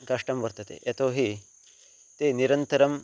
कष्टं वर्तते यतो हि ते निरन्तरं